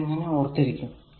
ഇതെങ്ങനെ ഓർത്തിരിക്കും